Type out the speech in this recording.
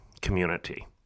community